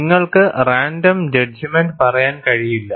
നിങ്ങൾക്ക് random judgement പറയാൻ കഴിയില്ല